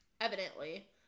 evidently